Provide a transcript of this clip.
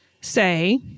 say